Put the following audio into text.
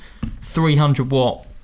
300-watt